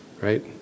Right